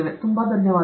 ತುಂಬ ಧನ್ಯವಾದಗಳು